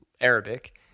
Arabic